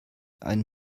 einen